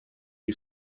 you